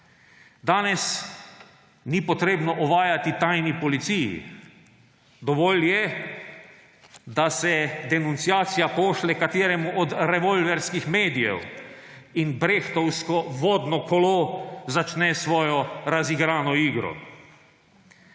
Danes ni potrebno ovajati tajni policiji, dovolj je, da se denunciacija pošlje kateremu od revolverskih medijev in brechtovsko vodno kolo začne svojo razigrano igro.